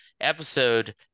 episode